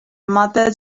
mother